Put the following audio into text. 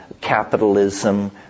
capitalism